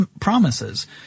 promises